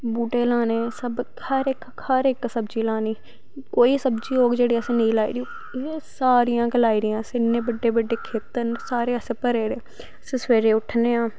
बूह्टे लाने सब हर इक हर सब्जी लानी कोई सब्जी होग जेह्ड़ी असें नेंई लाई दी सारियां गै लाई दियां इन्ने बड्डे बड्डे खेत्तर न सारे असैं परे दे अस सवेरे उट्ठने आं